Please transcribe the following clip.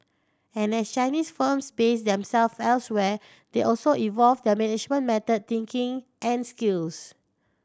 and as Chinese firms base them self elsewhere they also evolve their management method thinking and skills